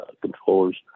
controllers